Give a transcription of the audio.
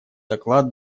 доклад